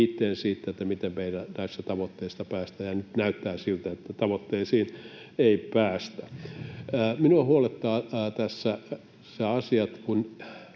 siitä, miten me näihin tavoitteisiin päästään, ja nyt näyttää siltä, että tavoitteisiin ei päästä. Minua huolettaa tässä se asia,